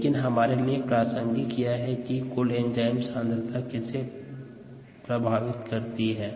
लेकिन हमारे लिए प्रासंगिक यह है कि कुल एंजाइम सांद्रता किसे प्रभावित करती है